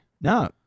No